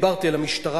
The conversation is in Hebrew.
דיברתי על המשטרה,